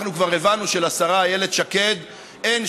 אנחנו כבר הבנו שלשרה איילת שקד אין